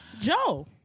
Joe